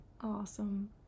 awesome